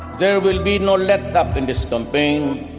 there will be no letup in this campaign.